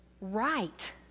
right